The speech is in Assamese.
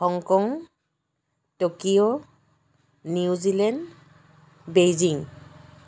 Hong Kong Tokyo New Zealand Beijing